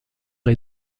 est